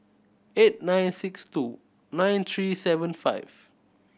eight nine six two nine three seven five